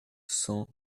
cent